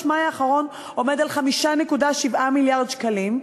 מאי האחרון עומד על 5.7 מיליארד שקלים,